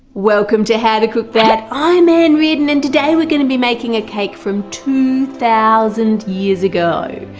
welcome to how to cook that i'm ann reardon and today we're gonna be making a cake from two thousand years ago!